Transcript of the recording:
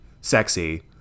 sexy